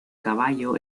caballo